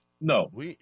No